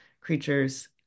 creatures